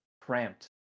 cramped